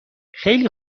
خیلی